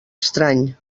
estrany